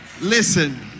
Listen